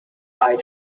eye